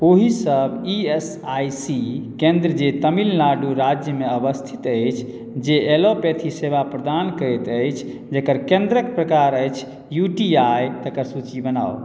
ओहि सब E S I C केन्द्र जे तमिलनाडु राज्यमे अवस्थित अछि जे एलोपैथी सेवा प्रदान करैत अछि जेकर केंद्रक प्रकार अछि यू टी आइ तकर सूची बनाउ